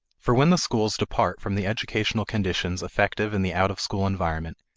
for when the schools depart from the educational conditions effective in the out-of-school environment,